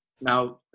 Now